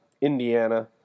Indiana